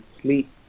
sleep